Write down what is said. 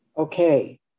Okay